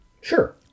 Sure